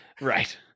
right